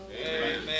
Amen